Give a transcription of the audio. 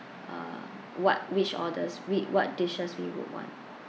uh what which orders whi~ what dishes we would want